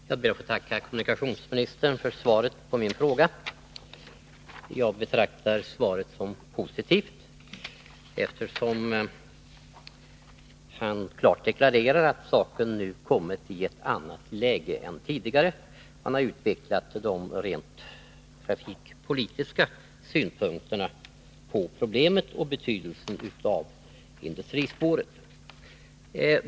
Herr talman! Jag ber att få tacka kommunikationsministern för svaret på min fråga. Jag betraktar svaret som positivt, eftersom kommunikationsministern deklarerar att saken nu har kommit i ett annat läge än tidigare. Han utvecklar också de rent trafikpolitiska synpunkterna på problemet och på betydelsen av industrispåret på ett positivt sätt.